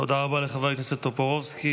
תודה רבה לחבר הכנסת טופורובסקי.